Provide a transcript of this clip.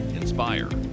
inspire